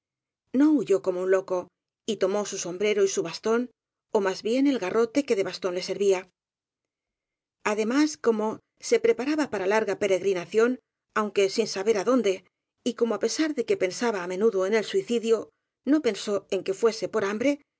no huyó como un loco y tomó su sombrero y su bastón ó más bien el garrote que de bastón le servía además como se preparaba para larga peregri nación aunque sin saber adonde y como á pesar de que pensaba á menudo en el suicidio no pensó en que fuese por hambre